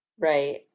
Right